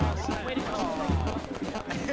um second way to come through, bro! yeah.